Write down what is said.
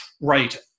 right